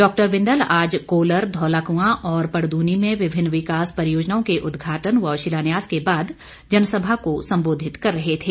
doctor Bindal आज कोलर धौलाकुआं और पड़दूनी विभिन्न विकास परियोजनाओं के उद्घाटन व शिलान्यास के बाद जनसभा को संबोधित कर रहे थे